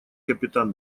капитан